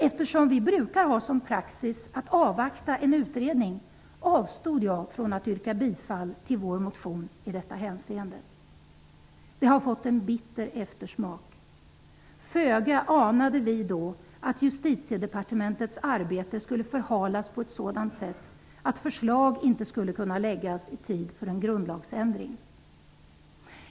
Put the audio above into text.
Eftersom vi brukar ha som praxis att avvakta en utredning avstod jag från att yrka bifall till vår motion i detta hänseende. Det har fått en bitter eftersmak. Föga anade vi då att Justitiedepartementets arbete skulle förhalas på ett sådant sätt att förslag inte skulle kunna läggas fram i tid för en grundlagsändring.